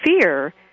fear